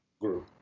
group